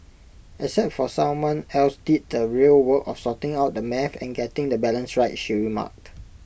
except for someone else did the real work of sorting out the math and getting the balance right she remarked